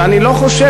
ואני לא חושב,